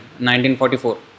1944